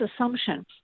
assumption